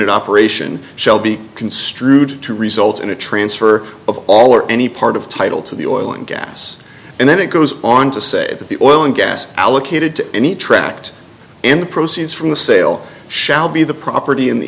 unit operation shall be construed to result in a transfer of all or any part of title to the oil and gas and then it goes on to say that the oil and gas allocated to any tract and proceeds from the sale shall be the property in the